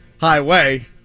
Highway